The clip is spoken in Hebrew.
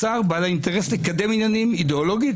השר בעל האינטרס לקדם עניינים אידיאולוגית